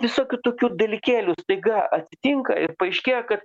visokių tokių dalykėlių staiga atsitinka ir paaiškėja kad